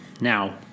Now